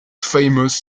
famous